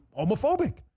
homophobic